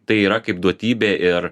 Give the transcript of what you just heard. tai yra kaip duotybė ir